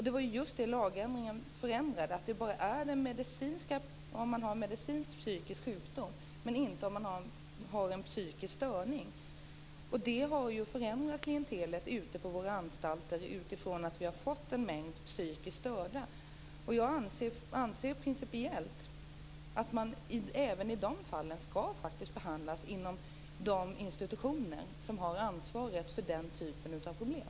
Det var just det lagändringen förändrade: Det här gäller bara om man har en medicinsk psykisk sjukdom, inte om man har en psykisk störning. Det har förändrat klientelet ute på våra anstalter, i och med att vi har fått en mängd psykiskt störda. Jag anser principiellt att man även i de fallen skall behandlas inom de institutioner som har ansvaret för den typen av problem.